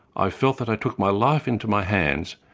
i felt that i took my life into my hands,